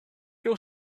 you